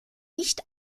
nicht